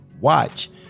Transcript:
watch